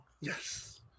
Yes